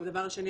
דבר שני,